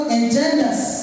engenders